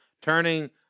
turning